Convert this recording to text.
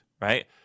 right